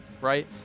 right